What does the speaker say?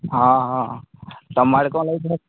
ହଁ ହଁ ତୁମ ଆଡ଼େ କ'ଣ ଲାଗିଛି ଏଥର